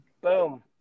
Boom